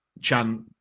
chant